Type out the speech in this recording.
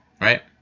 Right